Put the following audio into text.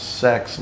sex